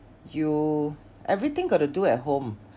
you everything got to do at home